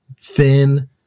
thin